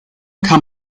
kann